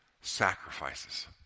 sacrifices